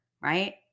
right